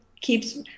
keeps